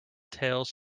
tales